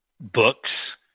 books